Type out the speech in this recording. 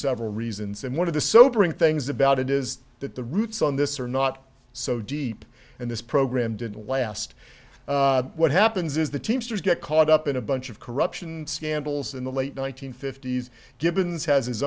several reasons and one of the sobering things about it is that the roots on this are not so deep and this program didn't last what happens is the teamsters get caught up in a bunch of corruption scandals in the late one nine hundred fifty s givens has his